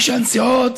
שהנסיעות